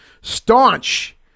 staunch